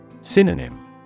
Synonym